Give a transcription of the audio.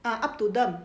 up to them